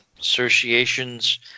association's